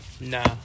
Nah